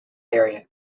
area